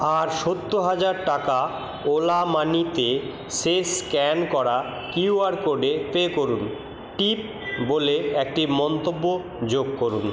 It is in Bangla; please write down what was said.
আর সত্তর হাজার টাকা ওলা মানিতে শেষ স্ক্যান করা কিউআর কোডে পে করুন টিপ বলে একটি মন্তব্য যোগ করুন